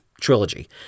trilogy